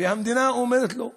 והמדינה אומרת: לא,